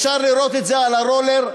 אפשר לראות את זה על ה"רולר",